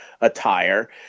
attire